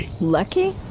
Lucky